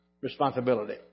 responsibility